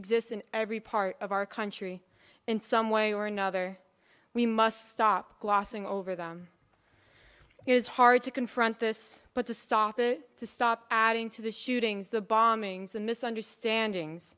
exist in every part of our country in some way or another we must stop glossing over them it is hard to confront this but to stop it to stop adding to the shootings the bombings and misunderstandings